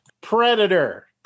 Predator